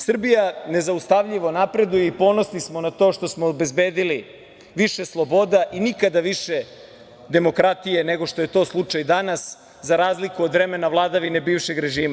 Srbija nezaustavljivo napreduje i ponosni smo na to što smo obezbedili više sloboda i nikada više demokratije nego što je to slučaj danas, za razliku od vremena vladavine bivšeg režima.